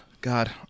God